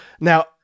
Now